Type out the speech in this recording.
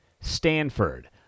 Stanford